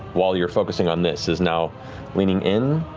while you're focusing on this is now leaning in.